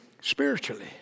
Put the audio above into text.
spiritually